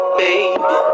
baby